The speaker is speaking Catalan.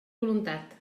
voluntat